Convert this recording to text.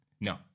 no